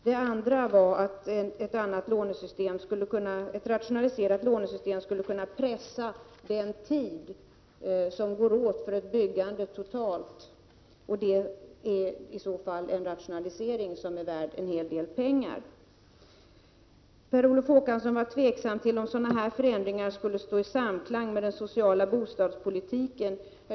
Jag sade också att ett rationaliserat lånesystem skulle kunna förkorta den tid som går åt för byggandet. Det är i så fall en rationalisering som är värd en hel del pengar. Per Olof Håkansson var tveksam till om sådana här förändringar skulle stå i samklang med den sociala bostadspolitiken.